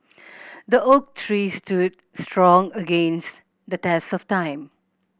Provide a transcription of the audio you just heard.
the oak tree stood strong against the test of time